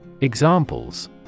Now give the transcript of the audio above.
Examples